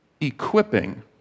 equipping